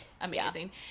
amazing